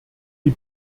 die